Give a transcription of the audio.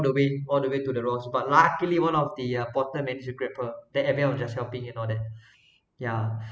the way all the way to the rocks but luckily one of the uh porter managed to grab her then end up just helping and all that yeah